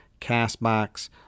CastBox